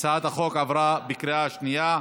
הצעת החוק עברה בקריאה שנייה.